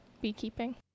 beekeeping